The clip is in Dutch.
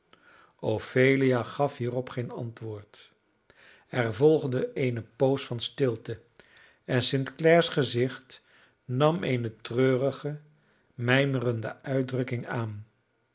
ophelia gaf hierop geen antwoord er volgde eene poos van stilte en st clare's gezicht nam eene treurige mijmerende uitdrukking aan